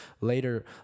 later